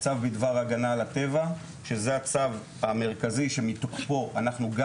צו בדבר ההגנה על הטבע שזה הצו המרכזי שמתוקפו אנחנו גם